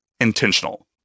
intentional